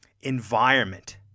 environment